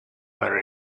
butter